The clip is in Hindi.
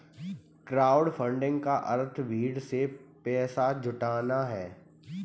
क्राउडफंडिंग का अर्थ भीड़ से पैसा जुटाना है